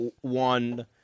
one